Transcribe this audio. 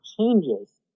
changes